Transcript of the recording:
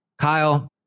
Kyle